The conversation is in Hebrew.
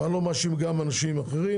ואני לא מאשים אנשים אחרים.